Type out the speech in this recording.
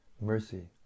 mercy